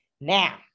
now